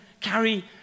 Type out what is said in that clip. carry